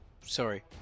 sorry